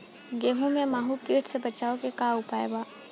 गेहूँ में माहुं किट से बचाव के का उपाय बा?